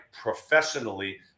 professionally